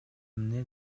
эмне